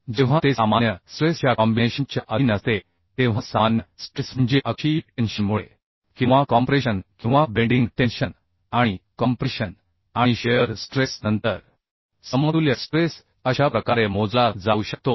जेव्हा ते सामान्य स्ट्रेस च्या कॉम्बिनेशन च्या अधीन असते तेव्हा सामान्य स्ट्रेस म्हणजे अक्षीय टेन्शन मुळे किंवा कॉम्प्रेशन किंवा बेंडिंग टेन्शन आणि कॉम्प्रेशन आणि शिअर स्ट्रेस नंतर समतुल्य स्ट्रेस अशा प्रकारे मोजला जाऊ शकतो